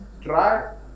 try